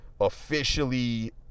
officially